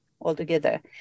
altogether